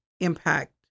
impact